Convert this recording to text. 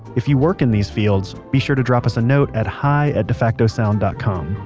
if you work in these fields, be sure to drop us a note at hi at defactosound dot com.